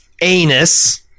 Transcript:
Anus